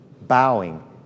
bowing